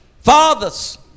Fathers